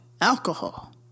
alcohol